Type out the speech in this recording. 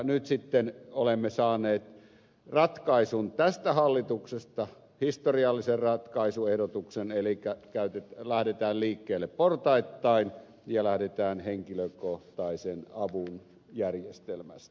nyt sitten olemme saaneet ratkaisun tästä hallituksesta historiallisen ratkaisuehdotuksen elikkä lähdetään liikkeelle portaittain ja lähdetään henkilökohtaisen avun järjestelmästä